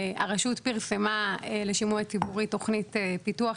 הרשות פרסמה לשימוע ציבורי תוכנית פיתוח,